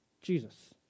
Jesus